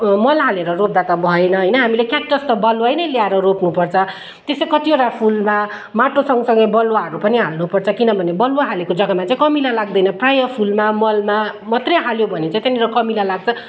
मल हालेर रोप्दा त भएन होइन हामीले क्याक्टस त बालुवै नै ल्याएर रोप्नुपर्छ त्यस्तै कतिवटा फुलमा माटो सँगसँगै बलुवाहरू पनि हाल्नुपर्छ किनभने बालुवा हालेको जग्गामा चाहिँ कमिला लाग्दैन प्रायः फुलमा मलमा मात्रै हाल्यो भने चाहिँ त्यहाँनिर कमिला लाग्छ